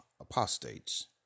apostates